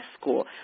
school